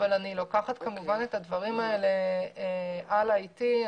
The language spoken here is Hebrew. אבל אני לוקחת את הדברים האלה הלאה איתי.